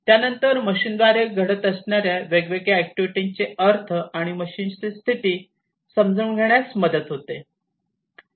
त्यानंतर मशीन द्वारे घडत असणाऱ्या वेगवेगळ्या ऍक्टिव्हिटी चे अर्थ आणि मशीन चे स्थिती समजून घेण्यात मदत होते